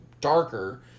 darker